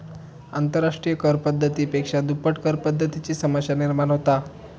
आंतरराष्ट्रिय कर पद्धती पेक्षा दुप्पट करपद्धतीची समस्या निर्माण होता